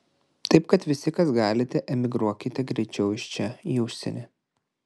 taip kad visi kas galite emigruokite greičiau iš čia į užsienį